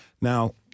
Now